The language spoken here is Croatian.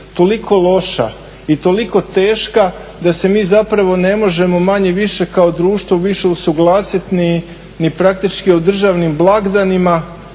toliko loša i toliko teška da se mi zapravo ne možemo manje-više kao društvo više usuglasiti ni praktički o državnim blagdanima